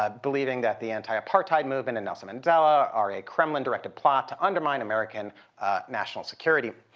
ah believing that the anti-apartheid movement and nelson mandela are a kremlin-directed plot to undermine american national security.